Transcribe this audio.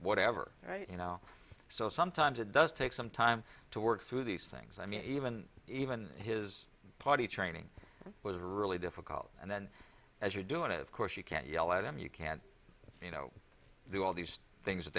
whatever you know so sometimes it does take some time to work through these things i mean even even his potty training was really difficult and then as you do it of course you can't yell at him you can't you know do all these things that